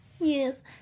yes